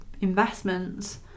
investments